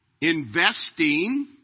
investing